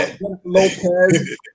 Lopez